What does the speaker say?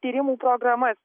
tyrimų programas